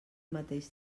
mateix